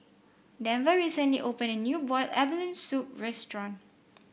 Denver recently opened a new Boiled Abalone Soup restaurant